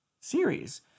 series